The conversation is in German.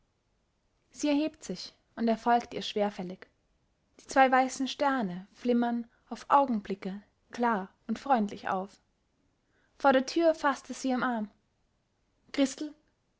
sie erhebt sich und er folgt ihr schwerfällig die zwei weißen sterne flimmern auf augenblicke klar und freundlich auf vor der tür faßt er sie am arm christel